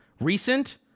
Recent